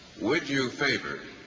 would you favor